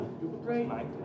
right